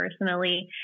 personally